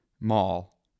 mall